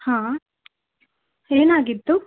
ಹಾಂ ಏನಾಗಿತ್ತು